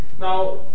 Now